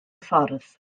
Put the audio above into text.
ffordd